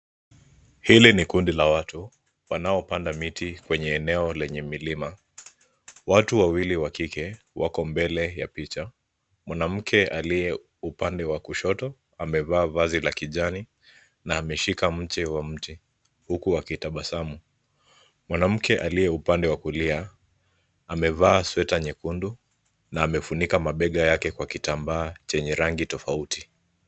Hili ni kundi la watu wanaopanda miti kwenye eneo lenye milima. Watu wawili wa kike wako mbele ya picha. Mwanamke aliye upande wa kushoto amevaa vazi la kijani na ameshika mche wa mti, huku akitabasamu. Mwanamke aliye upande wa kulia amevaa sweta nyekundu na amefunika mabega yake kwa kitambaa chenye rangi tofauti.